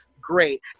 great